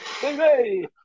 hey